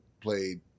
played